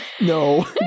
No